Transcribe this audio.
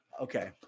Okay